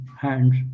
hands